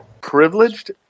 privileged